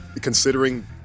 Considering